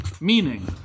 meaning